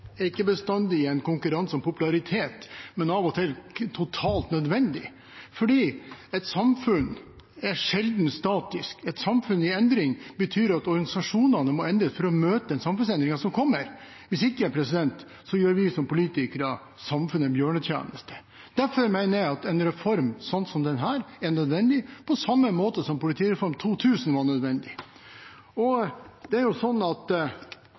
er ikke bestandig en konkurranse om popularitet, men av og til totalt nødvendig, for et samfunn er sjelden statisk. Et samfunn i endring betyr at organisasjonene må endres for å møte den samfunnsendringen som kommer. Hvis ikke gjør vi som politikere samfunnet en bjørnetjeneste. Derfor mener jeg at en reform som denne er nødvendig, på samme måte som Politireform 2000 var nødvendig. Og det er jo slik at